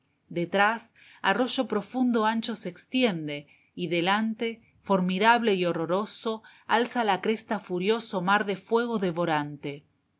detrás arroyo profundo x cho se extiende y delante formidable y horroroso alza la cresta furioso mar de fuego devorante